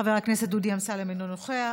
חבר הכנסת דודי אמסלם, אינו נוכח,